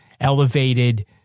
elevated